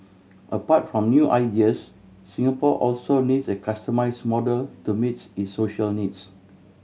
apart from new ideas Singapore also needs a customise model to meets its social needs